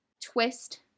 twist